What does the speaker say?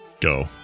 go